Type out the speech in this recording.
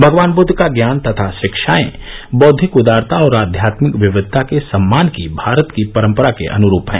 भगवान बुद्द का ज्ञान तथा शिक्षाएं बौद्विक उदारता और आध्यात्मिक विविधता के सम्मान की भारत की परम्परा के अनुरूप हैं